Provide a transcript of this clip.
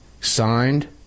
signed